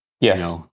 Yes